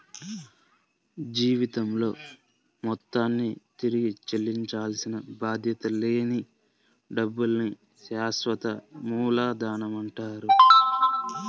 జీవితకాలంలో మొత్తాన్ని తిరిగి చెల్లించాల్సిన బాధ్యత లేని డబ్బుల్ని శాశ్వత మూలధనమంటారు